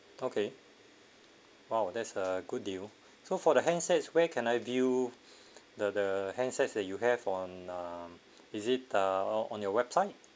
okay !wow! that's a good deal so for the handsets where can I view the the handsets that you have on uh is it uh on your website